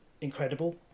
incredible